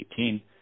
2018